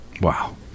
Wow